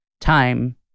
time